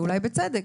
ואולי בצדק.